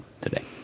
today